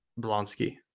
Blonsky